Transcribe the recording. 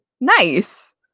Nice